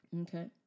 Okay